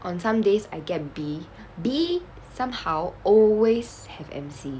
on some days and I get B B somehow always have M_C